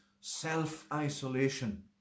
self-isolation